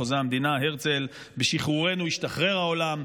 חוזה המדינה הרצל: "בשחרורנו ישתחרר העולם,